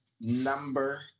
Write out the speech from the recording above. number